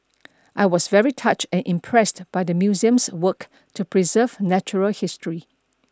I was very touched and impressed by the museum's work to preserve natural history